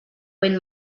ben